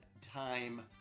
time